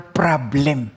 problem